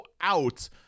out